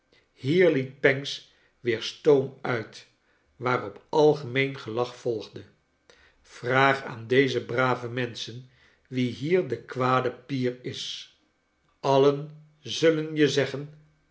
liet pancks weer stoom uit waarop algemeen gelach volgde vraag aan deze brave menschen wie hier de kwade pier is allen zullen je zeggen